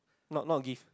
not not give